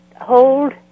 hold